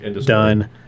Done